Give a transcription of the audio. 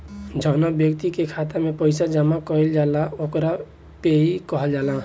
जौवना ब्यक्ति के खाता में पईसा जमा कईल जाला ओकरा पेयी कहल जाला